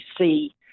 see